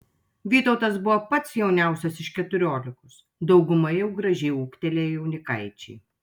vytautas buvo pats jauniausias iš keturiolikos dauguma jau gražiai ūgtelėję jaunikaičiai